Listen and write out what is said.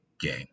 game